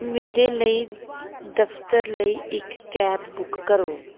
ਮੇਰੇ ਲਈ ਦਫਤਰ ਲਈ ਇੱਕ ਕੈਬ ਬੁੱਕ ਕਰੋ